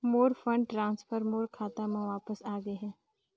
मोर fund transfer मोर खाता म वापस आ गे हे